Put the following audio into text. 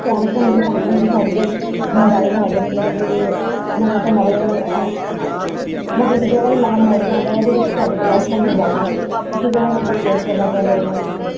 Samsung ਦੀ company ਦੇ ਸਾਡੇ ਕੋਲ ਮੋਬਾਈਲ ਹੈਗੇ ਨੇ ਜਿਹੜੇ ਕਿ ਨਵੇਂ ਤੋਂ ਨਵੇਂ ਮਤਲਬ ਜਿਹੜਾ ਵੀ ਨਵਾਂ ਮਾਡਲ ਆਉਂਦਾ ਉਹਦੇ ਵਿੱਚ ਸਾਡੇ ਕੋਲ ਇਸ ਟਾਈਮ ਮੋਬਾਈਲ ਹੈਗੇ ਆ ਤੁਸੀਂ ਕਿਹੜਾ ਪਰਚੇਸ ਕਰਨਾ ਚਾਹੁੰਦੇ ਹੋ ਇਹਨਾਂ ਵਿੱਚੋਂ